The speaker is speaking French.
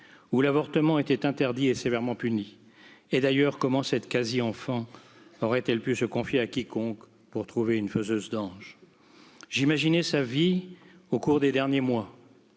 où l'avortement était interdit et sévèrement puni Et d'ailleurs comment cette quasi enfant aurait elle pu se confier à quiconque pour trouver une faiseuse d'anges. J'imaginais sa vie au cours des derniers mois.